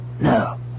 No